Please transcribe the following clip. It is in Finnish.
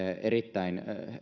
erittäin